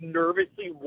nervously